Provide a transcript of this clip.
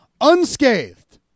unscathed